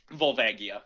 Volvagia